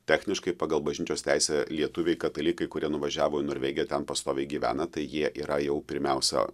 techniškai pagal bažnyčios teisę lietuviai katalikai kurie nuvažiavo į norvegiją ten pastoviai gyvena tai jie yra jau pirmiausia